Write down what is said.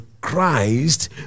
christ